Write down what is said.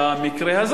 למקרה הזה.